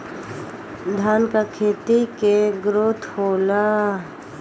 धान का खेती के ग्रोथ होला?